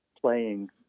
playing